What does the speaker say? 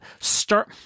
start